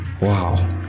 Wow